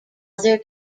other